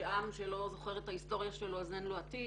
שעם שלא זוכר את ההיסטוריה שלו אז אין לו עתיד,